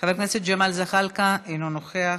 חבר הכנסת ג'מאל זחאלקה, אינו נוכח,